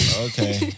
Okay